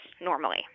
normally